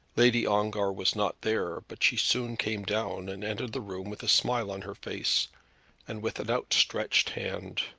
lady ongar was not there, but she soon came down, and entered the room with a smile on her face and with an outstretched hand.